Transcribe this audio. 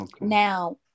Now